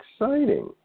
exciting